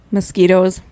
Mosquitoes